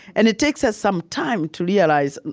and it takes us some time to realize,